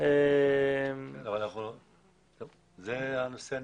נראה לי שזה הנושא האחרון.